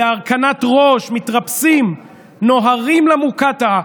בהרכנת ראש, מתרפסים ונוהרים למוקטעה.